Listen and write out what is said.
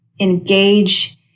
engage